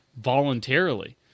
voluntarily